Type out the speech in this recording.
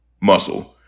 muscle